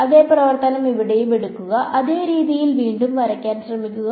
അതേ പ്രവർത്തനം ഇവിടെയും എടുക്കുക അതേ രീതിയിൽ വീണ്ടും വരയ്ക്കാൻ ശ്രമിക്കുക